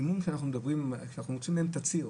כשאנחנו רוצים מההורים תצהיר,